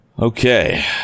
Okay